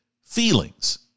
feelings